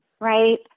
Right